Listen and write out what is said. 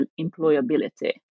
employability